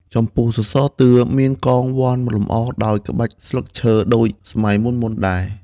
ចំពោះសរសើរតឿ មានកងវណ្ឌលម្អដោយក្បាច់ស្លឹកឈើដូចសម័យ មុនៗដែរ។